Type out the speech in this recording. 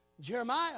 Jeremiah